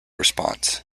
response